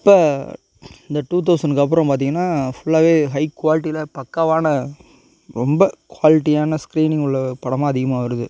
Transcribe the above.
இப்போ இந்த டூ தௌசணுக்கு அப்புறம் பார்த்திங்கனா ஃபுல்லாகவே ஹை குவாலிட்டியில பக்காவான ரொம்ப குவாலிட்டியான ஸ்க்ரீனிங் உள்ள படமாக அதிகமாக வருது